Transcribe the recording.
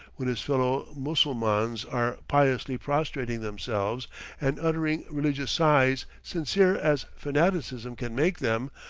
when his fellow mussulmans are piously prostrating themselves and uttering religious sighs sincere as fanaticism can make them,